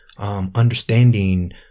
Understanding